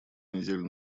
недель